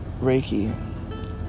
reiki